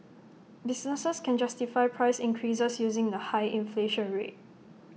businesses can justify price increases using the high inflation rate